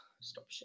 Stop